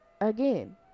again